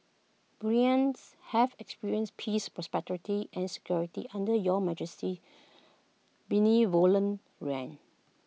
Bruneians have experienced peace prosperity and security under your Majesty's benevolent reign